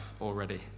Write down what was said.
already